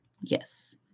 Yes